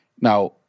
Now